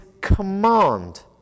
command